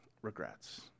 Regrets